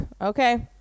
okay